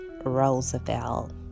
Roosevelt